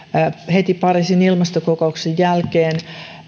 heti pariisin ilmastokokouksen jälkeen